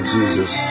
Jesus